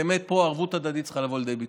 ופה ערבות הדדית צריכה לבוא לידי ביטוי.